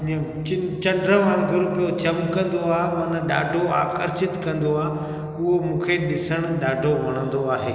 चंद्र वांगुरु पियो चमकंदो आहे माना ॾाढो आकर्षित कंदो आहे उहो मूंखे ॾिसणु ॾाढो वणंदो आहे